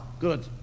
Good